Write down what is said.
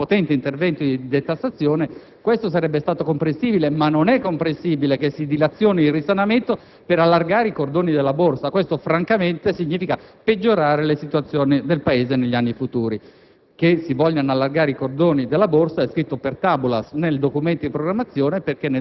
dilazionare un po' il risanamento, facendo però contemporaneamente ripartire il Paese con un potente intervento di detassazione, sarebbe stato comprensibile; non è, però, comprensibile che si dilazioni il risanamento per allargare i cordoni della borsa. Francamente ciò significa peggiorare la situazione del Paese negli anni futuri.